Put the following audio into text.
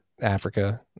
Africa